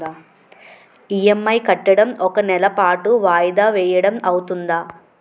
EMI కట్టడం ఒక నెల పాటు వాయిదా వేయటం అవ్తుందా?